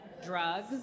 drugs